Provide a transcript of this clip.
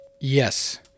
Yes